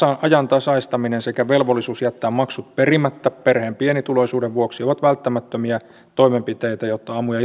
ajantasaistaminen sekä velvollisuus jättää maksut perimättä perheen pienituloisuuden vuoksi ovat välttämättömiä toimenpiteitä jotta aamu ja